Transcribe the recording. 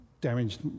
damaged